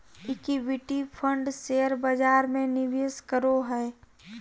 equity fund share बजार में निवेश करो हइ